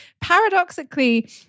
paradoxically